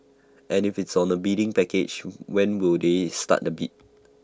and if it's on A bidding package when will they start the bid